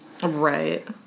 Right